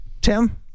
Tim